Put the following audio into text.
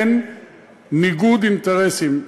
אין ניגוד אינטרסים,